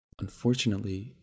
Unfortunately